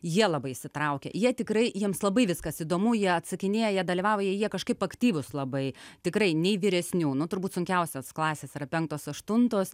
jie labai įsitraukę jie tikrai jiems labai viskas įdomu jie atsakinėja dalyvauja jie kažkaip aktyvūs labai tikrai nei vyresnių nu turbūt sunkiausios klasės yra penktos aštuntos